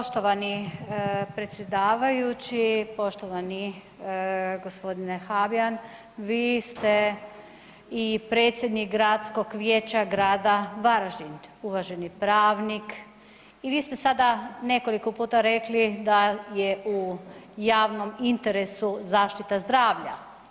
Poštovani predsjedavajući, poštovani gospodine Habijan vi ste i predsjednik Gradskog vijeća grada Varaždin, uvaženi pravnik i vi ste sada nekoliko puta rekli da je u javnom interesu zaštita zdravlja.